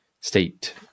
state